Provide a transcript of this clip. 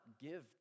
give